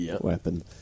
weapon